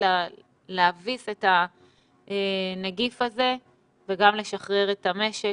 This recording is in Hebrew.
להביס את הנגיף הזה וגם לשחרר את המשק.